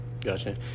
Gotcha